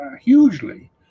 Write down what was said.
hugely